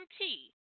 tea